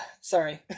Sorry